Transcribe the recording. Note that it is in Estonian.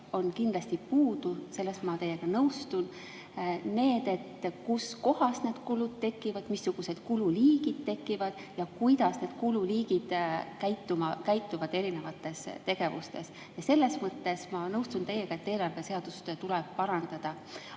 on kindlasti puudu – selles ma teiega nõustun – see, kus need kulud tekivad, missugused kululiigid tekivad ja kuidas need kululiigid käituvad erinevates tegevustes. Selles mõttes ma nõustun teiega, et eelarveseadust tuleb parandada. Aga